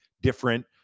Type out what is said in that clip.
different